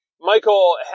Michael